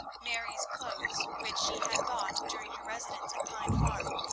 mary's clothes, which she had bought during her residence at pine farm,